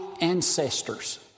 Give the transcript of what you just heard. ancestors